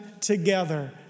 together